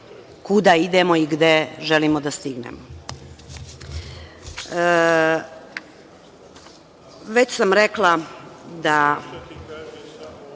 kuda idemo i gde želimo da stignemo. Već sam rekla da,